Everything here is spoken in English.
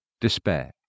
despair